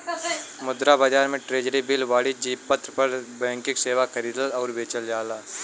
मुद्रा बाजार में ट्रेज़री बिल वाणिज्यिक पत्र बैंकर स्वीकृति खरीदल आउर बेचल जाला